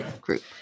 group